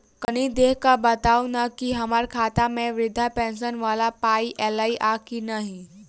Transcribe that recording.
कनि देख कऽ बताऊ न की हम्मर खाता मे वृद्धा पेंशन वला पाई ऐलई आ की नहि?